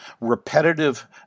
repetitive